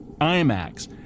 IMAX